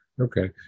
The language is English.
Okay